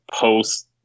post